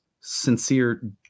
sincere